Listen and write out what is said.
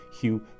hugh